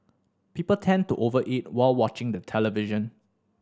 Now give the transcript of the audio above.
people tend to over eat while watching the television